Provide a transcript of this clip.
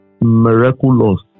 miraculous